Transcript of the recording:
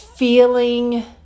feeling